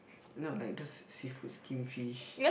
no like just seafood steamed fish